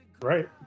Right